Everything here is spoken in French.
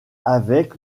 avec